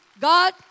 God